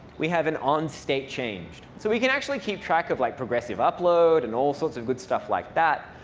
we have an on state changed. so we can actually keep track of like progressive upload and all sorts of good stuff like that.